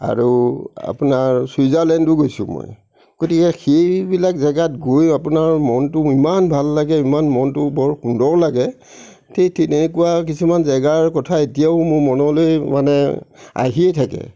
আৰু আপোনাৰ ছুইজাৰলেণ্ডো গৈছোঁ মই গতিকে সেইবিলাক জেগাত গৈ আপোনাৰ মনটো ইমান ভাল লাগে ইমান মনটো বৰ সুন্দৰ লাগে ঠিক তেনেকুৱা কিছুমান জেগাৰ কথা এতিয়াও মোৰ মনলৈ মানে আহিয়ে থাকে